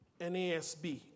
NASB